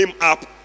up